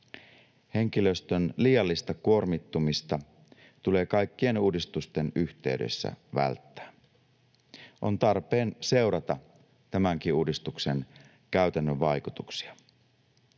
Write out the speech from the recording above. Henkilöstön liiallista kuormittumista tulee kaikkien uudistusten yhteydessä välttää. On tarpeen seurata tämänkin uudistuksen käytännön vaikutuksia.